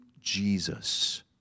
Jesus